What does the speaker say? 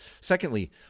Secondly